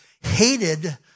hated